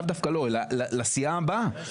לאו דווקא לו אלא לסיעה הבאה,